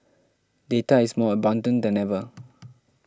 data is more abundant than ever